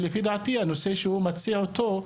לפי דעתי הנושא שהוא מציע אותו,